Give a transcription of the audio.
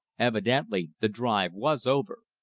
evidently the drive was over.